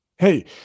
Hey